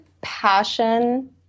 passion